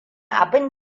abin